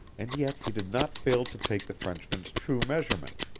and yet he did not fail to take the frenchman's true measurement.